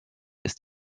ist